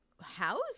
house